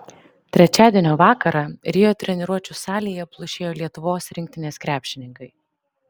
trečiadienio vakarą rio treniruočių salėje plušėjo lietuvos rinktinės krepšininkai